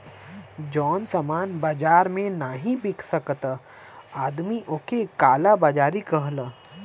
जौन सामान बाजार मे नाही बिक सकत आदमी ओक काला बाजारी कहला